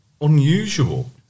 unusual